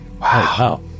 Wow